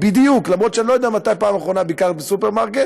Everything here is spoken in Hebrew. למרות שאני לא יודע מתי בפעם האחרונה ביקרת בסופרמרקט,